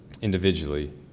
individually